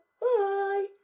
Bye